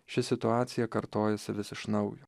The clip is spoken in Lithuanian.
ši situacija kartojasi vis iš naujo